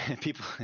People